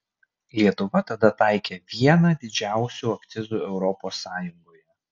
lietuva tada taikė vieną didžiausių akcizų europos sąjungoje